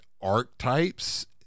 archetypes